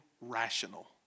rational